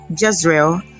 Jezreel